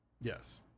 Yes